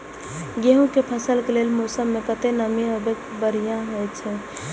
गेंहू के फसल के लेल मौसम में कतेक नमी हैब बढ़िया होए छै?